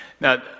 Now